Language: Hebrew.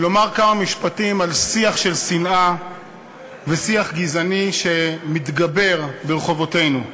לומר כמה משפטים על שיח של שנאה ושיח גזעני שמתגבר ברחובותינו.